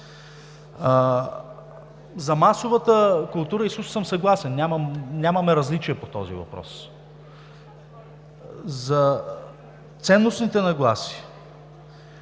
За масовата култура и изкуство съм съгласен, нямаме различия по този въпрос. За ценностните нагласи